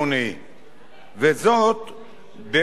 בעוד שבעת ובעונה אחת